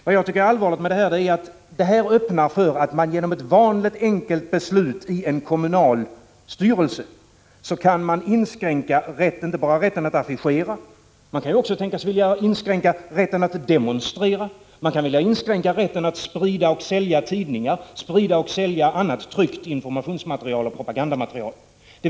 Vad jag tycker är allvarligt med det här är att det öppnar möjligheter att genom ett vanligt enkelt beslut i en kommunal styrelse inskränka inte bara rätten att affischera — man kan också tänkas vilja inskränka rätten att demonstrera, rätten att sprida och sälja tidningar, rätten att sprida annat tryckt informationsmaterial och propagandamaterial.